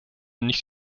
nicht